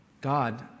God